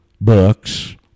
books